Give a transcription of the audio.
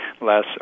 less